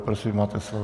Prosím, máte slovo.